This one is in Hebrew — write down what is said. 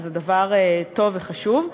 שזה דבר טוב וחשוב,